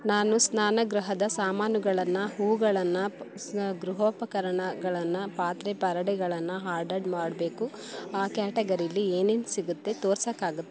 ನಾನು ಸ್ನಾನಗೃಹದ ಸಾಮಾನುಗಳನ್ನು ಹೂವುಗಳನ್ನು ಸ್ ಗೃಹೋಪಕರಣಗಳನ್ನು ಪಾತ್ರೆ ಪರಡಿಗಳನ್ನ ಹಾರ್ಡರ್ ಮಾಡಬೇಕು ಆ ಕ್ಯಾಟಗರೀಲಿ ಏನೇನು ಸಿಗುತ್ತೆ ತೋರ್ಸೋಕ್ಕಾಗುತ್ತಾ